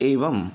एवम्